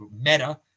Meta